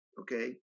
okay